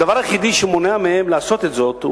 הדבר היחיד אשר מונע מהן לעשות זאת הינו